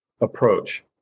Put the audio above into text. approach